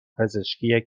پزشکی